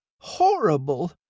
horrible